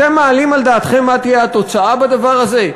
אתם מעלים על דעתכם מה תהיה התוצאה בדבר הזה?